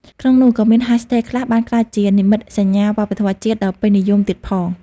ក្នុងនោះ ក៏មានហាស់ថេក ខ្លះបានក្លាយជានិមិត្តសញ្ញាវប្បធម៌ជាតិដ៏ពេញនិយមទៀតផង។